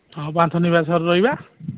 ହଁ ପାନ୍ଥନିବାସରେ ରହିବା